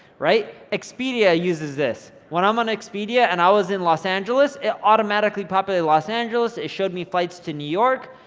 right? expedia uses this. when i'm on expedia and i was in los angeles, it automatically populated los angeles. it showed me flights to new york,